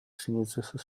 chinesisches